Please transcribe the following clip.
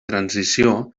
transició